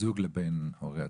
זוג לבין הורה עצמאי.